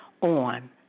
on